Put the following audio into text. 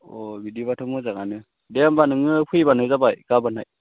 अ बिदिबाथ' मोजाङानो दे होनबा नोङो फैबानो जाबाय गाबोनहाय